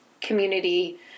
community